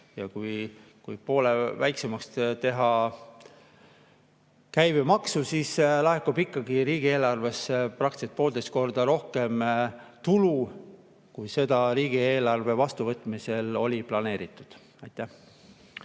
Kui poole väiksemaks teha käibemaks, siis laekub riigieelarvesse praktiliselt poolteist korda rohkem tulu, kui oli riigieelarve vastuvõtmisel planeeritud. Aitäh!